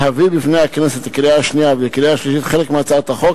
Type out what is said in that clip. להביא בפני הכנסת לקריאה השנייה ולקריאה השלישית חלק מהצעת החוק,